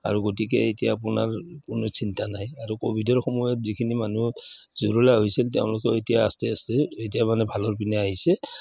আৰু গতিকে এতিয়া আপোনাৰ কোনো চিন্তা নাই আৰু ক'ভিডৰ সময়ত যিখিনি মানুহ জুৰুলা হৈছিল তেওঁলোকেও এতিয়া আস্তে আস্তে এতিয়া মানে ভালৰ পিনে আহিছে